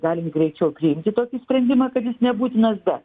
galim greičiau priimti tokį sprendimą kad jis nebūtinas bet